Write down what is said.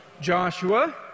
Joshua